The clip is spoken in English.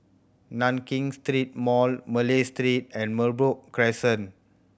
Nankin Street Mall Malay Street and Merbok Crescent